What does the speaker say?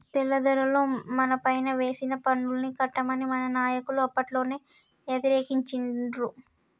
తెల్లదొరలు మనపైన వేసిన పన్నుల్ని కట్టమని మన నాయకులు అప్పట్లోనే యతిరేకించిండ్రు